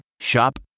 Shop